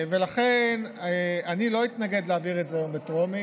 ולכן אני לא אתנגד להעביר את זה היום בטרומית,